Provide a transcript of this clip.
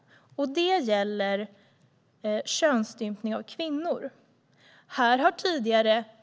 Det gäller könsstympning av kvinnor.